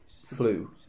flu